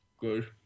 Good